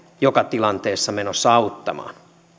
joka tilanteessa menossa auttamaan